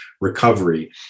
recovery